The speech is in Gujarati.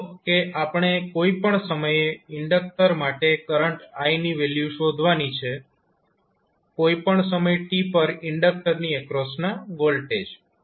માની લો કે આપણે કોઈ પણ સમયે ઇન્ડકટર માટે કરંટ I ની વેલ્યુ શોધવાની છે કોઈ પણ સમય t પર ઇન્ડક્ટરની એક્રોસના વોલ્ટેજ